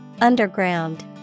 Underground